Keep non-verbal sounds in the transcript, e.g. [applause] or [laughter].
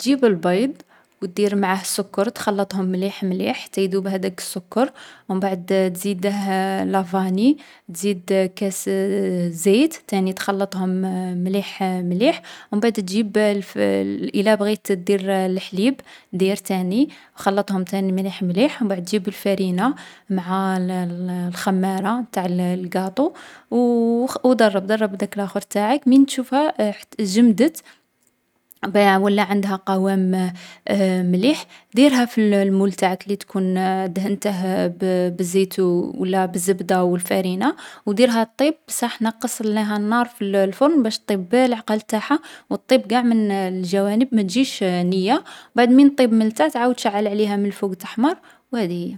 تجيب البيض و دير معاه السكر تخلّطهم مليح مليح حتى يدوب هاداك السكر. مبعد تزيده لافاني، تزيد كاس [hesitation] زيت تاني تخلّطهم مليح مليح. و مبعد تجيب الفـ إلا بغيت دير لحليب دير تاني خلّطهم تاني مليح مليح. و مبعد تجيب الفرينة مع الـ [hesitation] الخمارة تاع الـ القاطو و [hesitation] و خـ ضرّب ضرّب داك لاخر نتاعك. من تشوفها جمدت مبعـ ولّى عندها قوام [hesitation] مليح ديرها في الـ المول نتاعك لي تكون دهنته بـ بالزيت و ولابالزبدة و الفرينة، وديرها طيب بصح نقّص ليها النار في الـ الفرن باش طيب بلعقل نتاعها و طيب قاع من الجوانب ما تجيش نيّة. مبعد من طيب من تحت عاود شعّل عليها من فوق تحمار و هاذي هي.